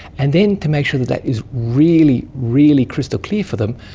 and then to make sure that that is really, really crystal clear for them,